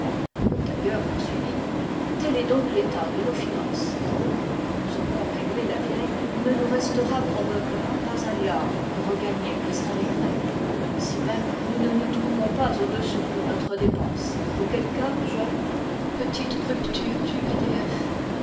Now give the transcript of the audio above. le tailleur poursuivit tel est donc l'état de nos finances quand nous aurons réglé la vieille il ne nous restera probablement pas un liard pour regagner plestin les grèves si même nous ne nous trouvons pas au-dessous de notre dépense auquel cas je